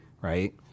right